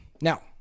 Now